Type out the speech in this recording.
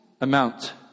amount